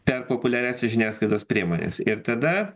per populiariąsias žiniasklaidos priemones ir tada